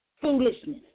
foolishness